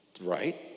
Right